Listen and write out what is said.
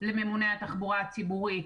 לממוני התחבורה הציבורית,